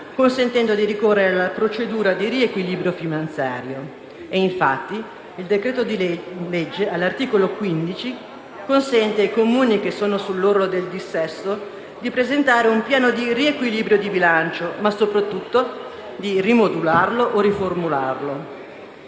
consentendo di ricorrere alla procedura di riequilibrio finanziario. E, infatti, il decreto-legge, all'articolo 15, consente ai Comuni che sono sull'orlo del dissesto di presentare un piano di riequilibrio di bilancio, ma soprattutto di rimodularlo o riformularlo.